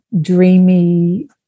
dreamy